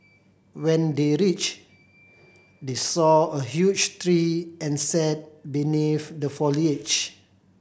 when they reached they saw a huge tree and sat beneath the foliage